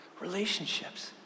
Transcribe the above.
relationships